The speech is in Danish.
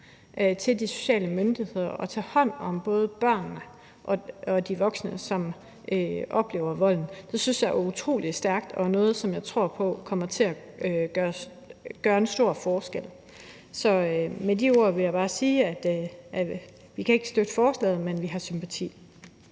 til de sociale myndigheder og tage hånd om både børnene og de voksne, som oplever volden. Det synes jeg er utrolig stærkt og noget, som jeg tror på kommer til at gøre en stor forskel. Så med de ord vil jeg bare sige, at vi ikke kan støtte forslaget, men vi har sympati